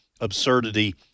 absurdity